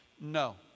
No